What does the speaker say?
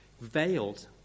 veiled